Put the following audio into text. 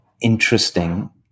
interesting